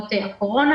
בעקבות קורונה.